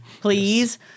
Please